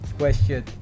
question